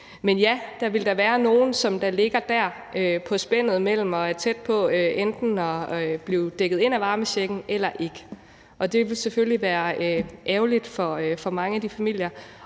spændet derimellem, og som er tæt på enten at blive dækket ind af varmechecken eller ikke, og det vil selvfølgelig være ærgerligt for mange af de familier.